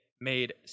made